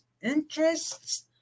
interests